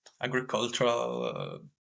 agricultural